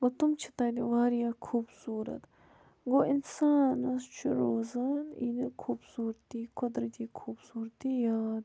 گوٚو تِم چھِ تَتہِ واریاہ خوٗبصوٗرَت گوٚو اِنسانَس چھِ روزان یم خوٗبصوٗرتی قۄدرٔتی خوٗبصوٗرتی یاد